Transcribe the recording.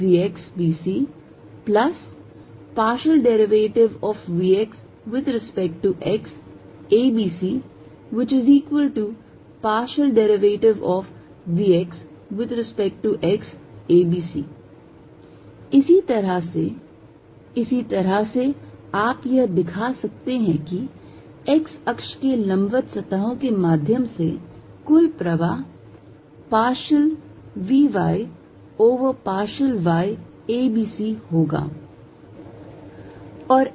Net flow through surface perpendicular to the x axis vxxyzbcvxxyzbcvx∂xabcvx∂xabc इसी तरह से इसी तरह से आप यह दिखा सकते हैं कि y अक्ष पर लंबवत सतहों के माध्यम से कुल प्रवाह partial v y over partial y a b c होगा